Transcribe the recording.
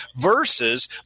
versus